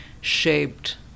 shaped